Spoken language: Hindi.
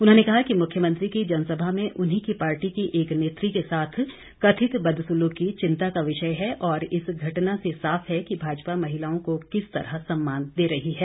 उन्होंने कहा कि मुख्यमंत्री की जनसभा में उन्हीं की पार्टी की एक नेत्री के साथ कथित बदसुलूकी चिंता का विषय है और इस घटना से साफ है कि भाजपा महिलाओं को किस तरह सम्मान दे रही है